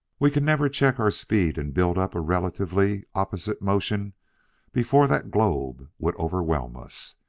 we can never check our speed and build up a relatively opposite motion before that globe would overwhelm us.